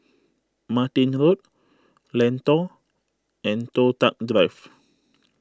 Martin Road Lentor and Toh Tuck Drive